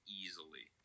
easily